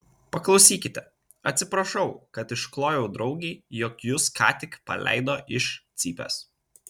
paklausykite atsiprašau kad išklojau draugei jog jus ką tik paleido iš cypės